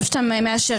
טוב שאתה מאשר.